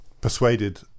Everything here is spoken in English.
persuaded